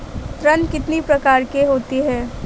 ऋण कितनी प्रकार के होते हैं?